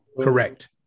correct